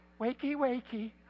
wakey-wakey